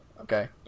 okay